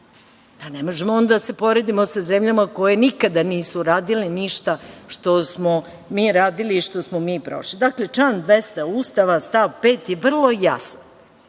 Ne možemo onda da se poredimo sa zemljama koje nikada nisu uradile ništa što smo mi radili i što smo mi prošli. Član 200. Ustava, stav 5, je vrlo jasan.